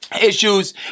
issues